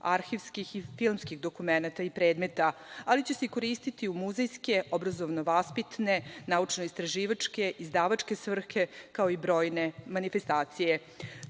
arhivskih i filmskih dokumenata i predmeta, ali će se koristiti i u muzejske obrazovno-vaspitne, naučno-istraživačke, izdavačke svrhe, kao i brojne manifestacije. Cilj